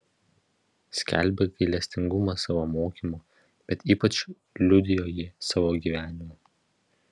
skelbė gailestingumą savo mokymu bet ypač liudijo jį savo gyvenimu